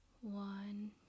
One